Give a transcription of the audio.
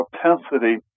propensity